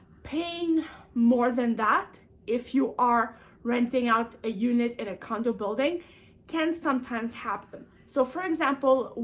paying more than that if you are renting out a unit in a condo building can sometimes happen. so, for example,